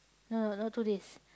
no not two days